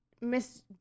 Miss